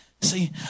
see